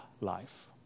life